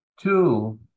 Two